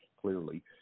clearly